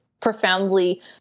profoundly